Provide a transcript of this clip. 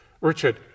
Richard